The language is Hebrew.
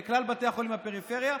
לכלל בתי החולים בפריפריה,